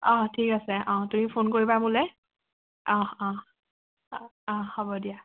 অঁ ঠিক আছে অ তুমি ফোন কৰিবা মোলৈ অঁ অঁ অঁ হ'ব দিয়া